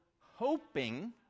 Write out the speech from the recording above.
hoping